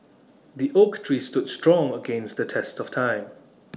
the oak tree stood strong against the test of time